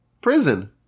prison